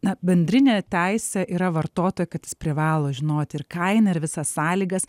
na bendrinė teisė yra vartotojo kad jis privalo žinoti ir kaina ir visas sąlygas